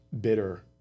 bitter